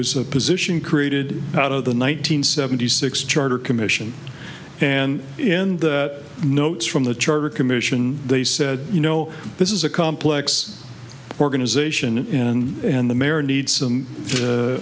was a position created out of the one nine hundred seventy six charter commission and in the notes from the charter commission they said you know this is a complex organization in and the mayor needs some